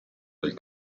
del